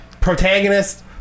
protagonist